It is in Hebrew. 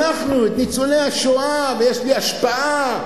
אנחנו הצלנו את ניצולי השואה, ויש לי השפעה,